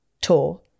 tour